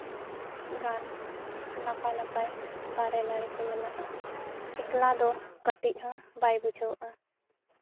ᱜᱟᱱ ᱱᱟᱯᱟᱭ ᱱᱟᱯᱟᱭ ᱫᱟᱨᱮ ᱱᱟᱹᱲᱤ ᱠᱚ ᱢᱮᱱᱟᱜᱼᱟ ᱮᱠᱞᱟ ᱫᱚ ᱠᱟᱹᱴᱤᱡ ᱦᱚᱸ ᱵᱟᱭ ᱵᱩᱡᱷᱟᱹᱣᱟ